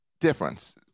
difference